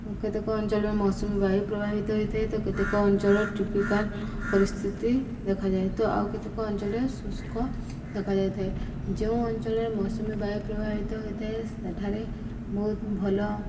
କେତେକ ଅଞ୍ଚଳରେ ମୌସୁମୀ ବାୟୁ ପ୍ରଭାବିତ ହୋଇଥାଏ ତ କେତେକ ଅଞ୍ଚଳରେ ଟ୍ରପିକାଲ୍ ପରିସ୍ଥିତି ଦେଖାଯାଏ ତ ଆଉ କେତେକ ଅଞ୍ଚଳରେ ଶୁଷ୍କ ଦେଖାଯାଇଥାଏ ଯେଉଁ ଅଞ୍ଚଳରେ ମୌସୁମୀ ବାୟୁ ପ୍ରଭାବିତ ହୋଇଥାଏ ସେଠାରେ ବହୁତ ଭଲ